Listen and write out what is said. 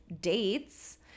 dates